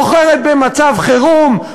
בוחרת במצב חירום,